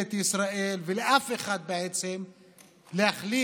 לממשלת ישראל ולאף אחד בעצם להחליף